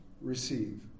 receive